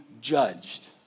judged